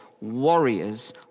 warriors